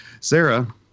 Sarah